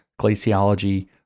Glaciology